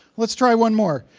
let's try one more.